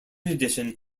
addition